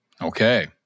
Okay